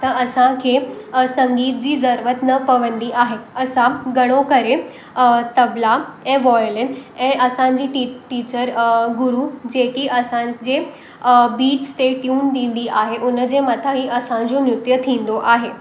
त असांखे संगीत जी ज़रुरत न पवंदी आहे असां घणो करे तबला ऐं वायलिन ऐं असांजी टीचर गुरू जेकी असांजे बीट्स ते ट्युन ॾींदी आहे उनजे मथां ई असांजो नृत्य थींदो आहे